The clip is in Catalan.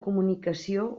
comunicació